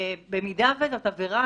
אם זו עבירה,